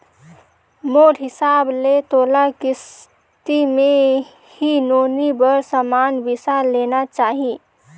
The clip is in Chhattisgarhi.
मोर हिसाब ले तोला किस्ती मे ही नोनी बर समान बिसा लेना चाही